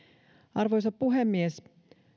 arvoisa puhemies